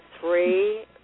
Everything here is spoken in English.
three